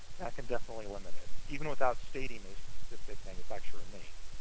that can definitely limit it, even without stating a specific manufacturer name.